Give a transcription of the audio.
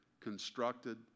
constructed